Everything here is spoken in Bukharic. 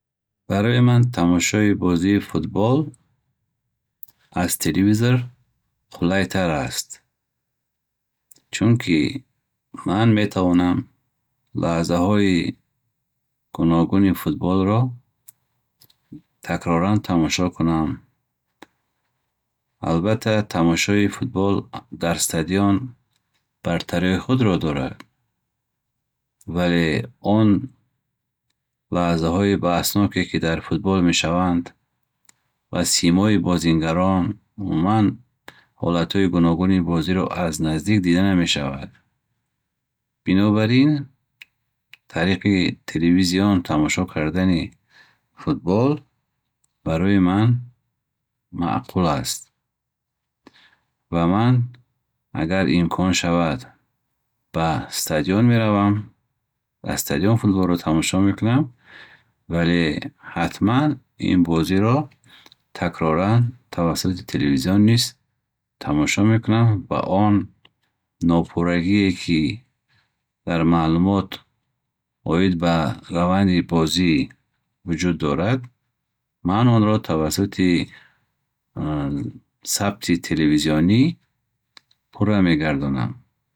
Барои ман тамошои бозии футбол аз телевизор қуллайтар аст. Чунки, ман метавонам лаҳзаҳои гуногуни футболро такроран тамошо кунам. Албатта тамошои футбол дар стадион бартариҳои худро дорад. Вале он лаҳзаҳои баҳсноке, ки дар футбол мешаванд ва симои бозингарон, умуман ҳолатҳои гуногуни бозиро аз наздик дида намешавад. Бинобар ин тариқи телевизион тамошо кардани футбол барои ман маъқул аст. Ва ман агар имкон шавад ба стадион меравам, аз стадион футболро тамошо мекунам. Вале ҳатман ин бозиро такроран тариқи телефизон низ тамошо мекунам. Он нопуррагие, ки дар маълумот оид ба раванди бозӣ вуҷуд дорад ман онро тавассути сабти телевизонӣ пурра мегардонам.